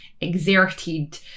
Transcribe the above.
exerted